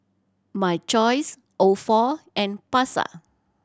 My Choice Ofo and Pasar